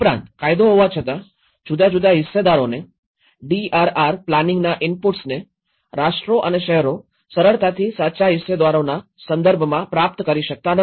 ઉપરાંત કાયદો હોવા છતાં જુદા જુદા હિસ્સેદારોને ડીઆરઆર પ્લાનિંગના ઇનપુટ્સને રાષ્ટ્રો અને શહેરો સરળતાથી સાચા હિસ્સેદારોના સંદર્ભમાં પ્રાપ્ત કરી શકતા નથી